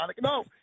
No